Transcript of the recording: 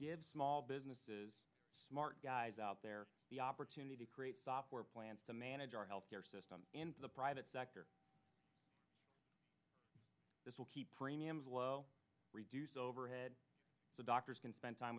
ensure small businesses smart guys out there the opportunity to create software plans to manage our health care system and the private sector this will keep premiums low reduce overhead the doctors can spend time